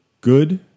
good